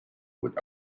would